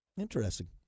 Interesting